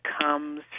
comes